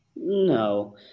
no